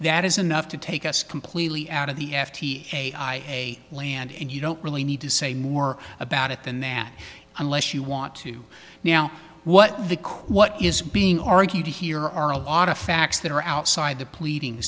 that is enough to take us completely out of the f t a a land and you don't really need to say more about it than that unless you want to now what the coo what is being argued here are a lot of facts that are outside the pleading